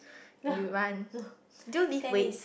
you run do you lift weights